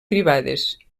privades